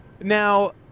Now